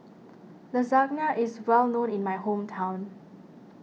Lasagna is well known in my hometown